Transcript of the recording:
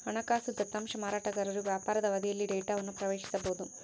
ಹಣಕಾಸು ದತ್ತಾಂಶ ಮಾರಾಟಗಾರರು ವ್ಯಾಪಾರದ ಅವಧಿಯಲ್ಲಿ ಡೇಟಾವನ್ನು ಪ್ರವೇಶಿಸಬೊದು